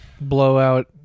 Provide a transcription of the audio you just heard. blowout